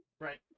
Right